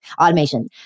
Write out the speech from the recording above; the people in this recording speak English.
automation